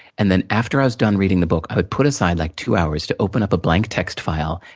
and then, after i was done reading the book, i would put aside like two hours to open up a blank text file,